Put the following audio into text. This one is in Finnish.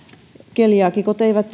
keliaakikot eivät